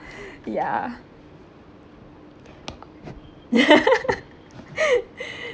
ya